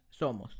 somos